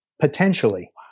Potentially